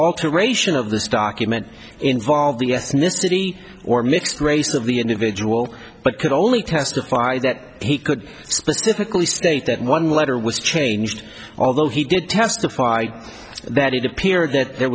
alteration of this document involved the ethnicity or mixed race of the individual but can only testify that he could specifically state that one letter was changed although he did testify that it appeared th